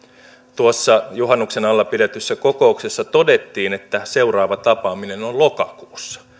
tuossa juhannuksen alla pidetyssä kokouksessa todettiin että seuraava tapaaminen on lokakuussa